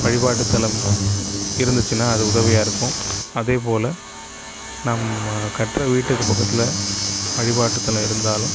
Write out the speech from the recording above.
வழிப்பாட்டு தளம் இருந்துச்சுன்னா அது உதவியாக இருக்கும் அதே போல நம்ம கட்டரை வீட்டுக்கு பக்கத்தில் வழிபாட்டு தளம் இருந்தாலும்